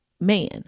man